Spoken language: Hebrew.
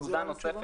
תחזיר לנו תשובה?